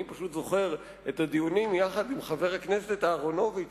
אני פשוט זוכר את הדיונים יחד עם חבר הכנסת אהרונוביץ,